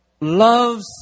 loves